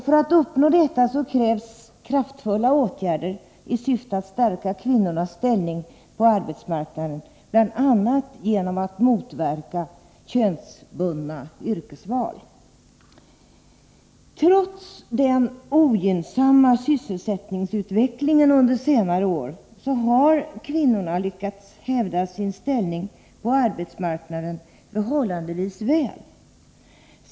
För att uppnå detta krävs kraftfulla åtgärder i syfte att stärka kvinnornas ställning på arbetsmarknaden, bl.a. genom att motverka könsbundna yrkesval. Trots den ogynnsamma sysselsättningsutvecklingen under senare år har kvinnorna lyckats hävda sin ställning på arbetsmarknaden förhållandevis väl.